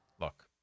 look